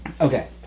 Okay